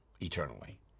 eternally